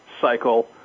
cycle